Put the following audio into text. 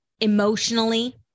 emotionally